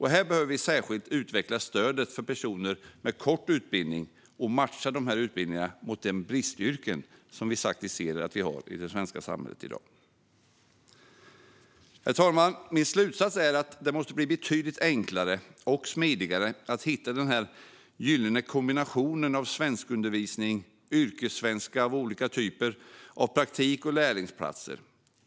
Här behöver vi särskilt utveckla stödet för personer med kort utbildning och matcha dessa utbildningar mot de bristyrken som vi har i det svenska samhället i dag. Herr talman! Min slutsats är att det måste bli betydligt enklare och smidigare att hitta den gyllene kombinationen av svenskundervisning, yrkessvenska av olika typer, praktik och lärlingsplatser.